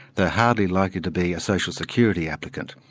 they're hardly likely to be a social security applicant.